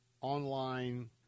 online